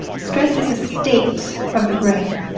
stress is a state of the brain.